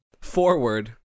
forward